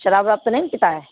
شراب رابت ن نہیں کتا ہے